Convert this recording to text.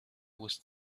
was